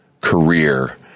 career